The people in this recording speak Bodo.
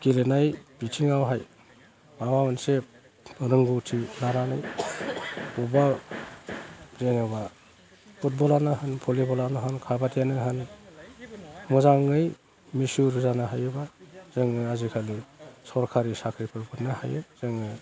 गेलेनाय बिथिङावहाय माबा मोनसे रोंगौथि लानानै गोबां जेनेबा फुटबलानो होन भलिबलानो होन खाबादियानो होन मोजाङै मिसिउर जानो हायोब्ला जोङो आजि खालि सरखारनि साख्रि फोरखौनो हायो जोङो